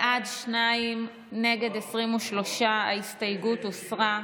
בעד, שניים, נגד, 23. ההסתייגות הוסרה.